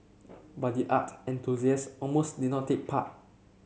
but the art enthusiast almost did not take part